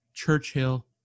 churchill